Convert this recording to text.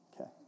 Okay